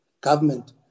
government